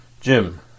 Jim